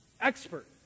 Expert